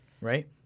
right